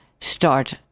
start